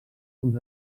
uns